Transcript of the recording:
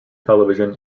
television